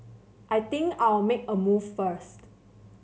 I think I'll make a move first